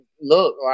Look